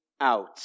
out